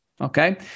Okay